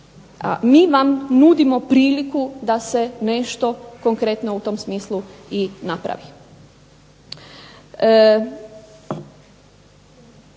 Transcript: mi vam nudimo priliku da se nešto konkretno u tom smislu i napravi.